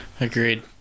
Agreed